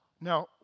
Now